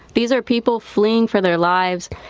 these are people fleeing for their lives.